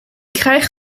krijg